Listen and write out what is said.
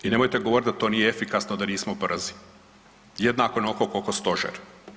I nemojte govoriti da to nije efikasno da nismo brzi, jednako onoliko koliko stožer.